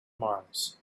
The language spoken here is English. mars